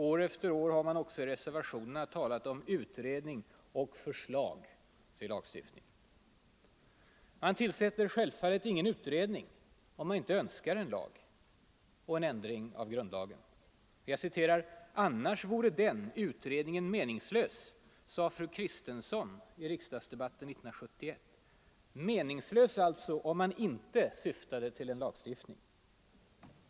År efter år har man också i reservationer talat om utredning och förslag till lagstiftning. Man tillsätter självfallet ingen utredning om man inte önskar en ny lag och en ändring i grundlagen. ”Annars vore den meningslös”, sade fru Kristensson i ridsdagsdebatten 1971. ”Meningslös” alltså om man inte syftade till lagstiftning.